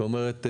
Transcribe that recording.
זאת אומרת,